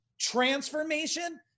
Transformation